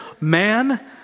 man